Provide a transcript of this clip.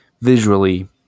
visually –